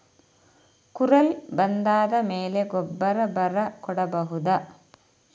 ಕುರಲ್ ಬಂದಾದ ಮೇಲೆ ಗೊಬ್ಬರ ಬರ ಕೊಡಬಹುದ?